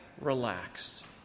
relaxed